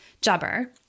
Jubber